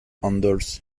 anders